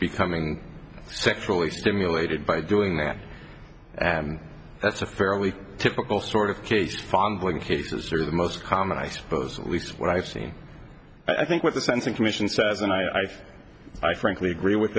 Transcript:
becoming sexually stimulated by doing that and that's a fairly typical sort of case fondling cases are the most common i suppose at least what i've seen i think with the sensing commission says and i think i frankly agree with